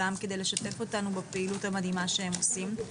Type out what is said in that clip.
גם כדי לשתף אותנו בפעילות המדהימה שהם עושים.